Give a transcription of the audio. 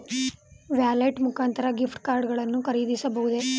Wallet ಮುಖಾಂತರ gift card ಗಳನ್ನು ಖರೀದಿಸಬಹುದೇ?